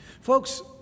Folks